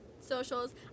socials